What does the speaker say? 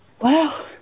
Wow